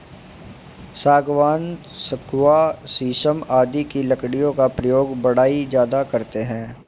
सागवान, सखुआ शीशम आदि की लकड़ियों का प्रयोग बढ़ई ज्यादा करते हैं